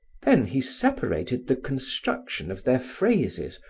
then he separated the construction of their phrases,